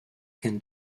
can